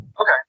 Okay